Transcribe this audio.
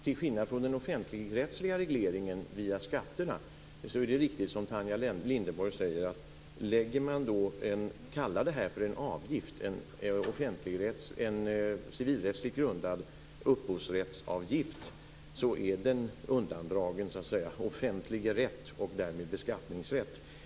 Till skillnad från när det gäller den offentligrättsliga regleringen via skatterna är det, som Tanja Linderborg säger, riktigt att om man lägger en civilrättsligt grundad upphovsrättsavgift är den så att säga undandragen offentlig rätt och därmed beskattningsrätt.